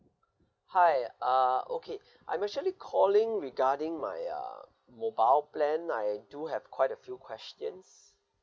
hi uh okay I'm actually calling regarding my uh mobile plan I do have quite a few questions